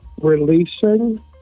Releasing